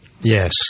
Yes